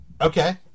okay